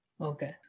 Okay